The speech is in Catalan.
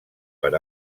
per